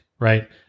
Right